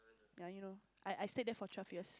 yeah you know I I stayed there for twelve years